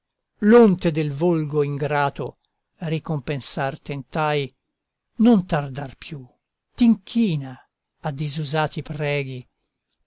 l'onte del volgo ingrato ricompensar tentai non tardar più t'inchina a disusati preghi